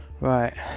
Right